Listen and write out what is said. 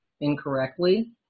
incorrectly